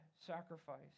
sacrifice